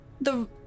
the-